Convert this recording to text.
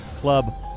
Club